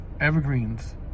evergreens